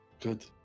Good